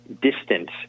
distance